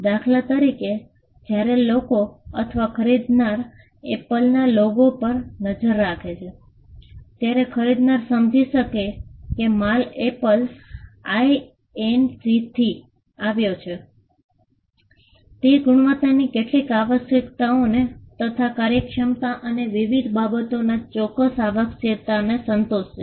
દાખલા તરીકે જ્યારે લોકો અથવા ખરીદનાર એપલના લોગો પર નજર રાખે છે ત્યારે ખરીદનાર સમજી શકશે કે માલ એપલ આઇએનસીથી આવ્યો છે તે ગુણવત્તાની કેટલીક આવશ્યકતાઓને તથા કાર્યક્ષમતા અને વિવિધ બાબતોમાં ચોક્કસ આવશ્યકતાઓને સંતોષશે